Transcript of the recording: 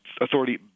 authority